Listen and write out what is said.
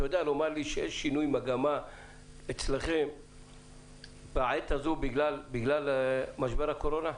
אתה יודע לומר לי שיש שינוי מגמה בעת הזאת בגלל משבר הקורונה?